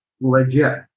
legit